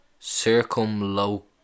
circumlo